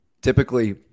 Typically